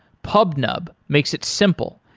pubnub makes it simple,